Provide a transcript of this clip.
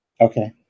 Okay